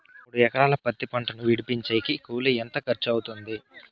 మూడు ఎకరాలు పత్తి పంటను విడిపించేకి కూలి ఎంత ఖర్చు అవుతుంది?